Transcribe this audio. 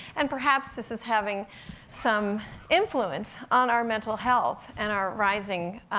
and perhaps, this is having some influence on our mental health, and our rising